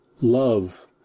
Love